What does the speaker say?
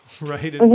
right